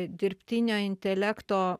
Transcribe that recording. dirbtinio intelekto